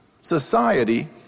society